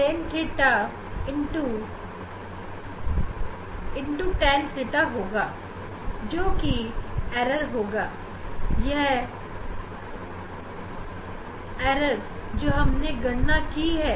इस तरह से डिस्पर्सिव पावर में त्रुटि की गणना कर रहे हैं